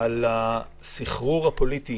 על הסחרור הפוליטי